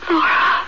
Laura